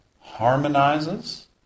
harmonizes